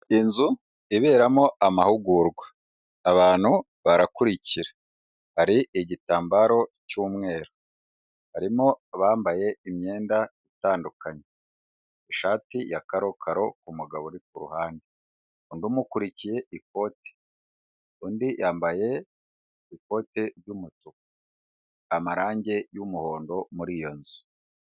Inzu iberamo amahugurwa. Abantu barakurikira. Hari igitambaro cy'umweru. Harimo abambaye imyenda itandukanye. Ishati ya karokaro umugabo uri ku ruhande. Undi umukurikiye ikoti. Undi yambaye ikote ry'umutuku. Amarange y'umuhondo muri iyo nzu.